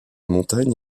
montagne